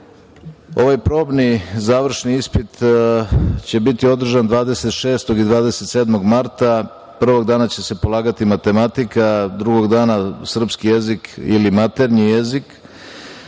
probni završni ispit će biti održan 26. i 27. marta. Prvog dana će se polagati matematika, drugog dana srpski jezik ili maternji jezik.